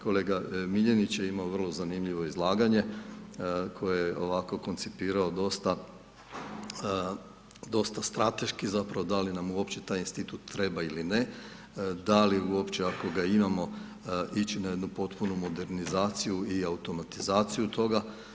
Kolega Miljenić je imao vrlo zanimljivo izlaganje koje je ovako koncipirao dosta strateški, zapravo da li nam uopće taj institut treba ili ne, da li uopće ako ga imamo ići na jednu potpunu modernizaciju i automatizaciju toga.